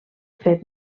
fet